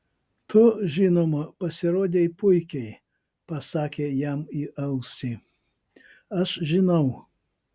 tu žinoma pasirodei puikiai pasakė jam į ausį aš žinau